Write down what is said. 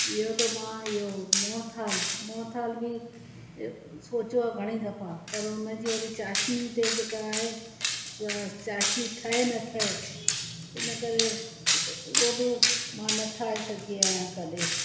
ॿियो त मां इओ मोहन थाल मोहन थाल बि सोचियो आहे घणेई दफ़ा पर हुनजी वरी चाशिनी ते जेका आहे सां चाशिनी ठहे न ठहे इनकरे उहो बि मां न ठाहे सघी आहियां कॾहिं